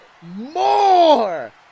more